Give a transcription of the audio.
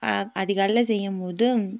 அதிகாலையில் செய்யும் போது